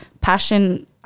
passion